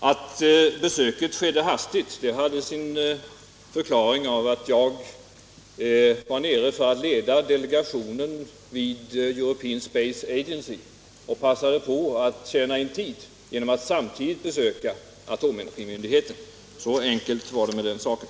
Att besöket bestämdes hastigt hade sin förklaring i att jag var nere för att leda den svenska delegationen vid European Space Agency och passade på att tjäna in tid genom att samtidigt besöka atomenergimyndigheten. Så enkelt var det med den saken.